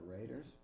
Raiders